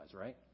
right